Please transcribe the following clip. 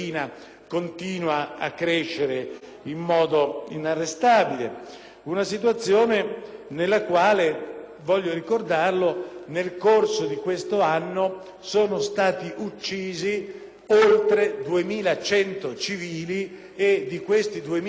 nella quale ‑ voglio ricordarlo ‑ nel corso di questo anno sono stati uccisi oltre 2.100 civili e di questi più di 800 sono stati uccisi non dai talebani,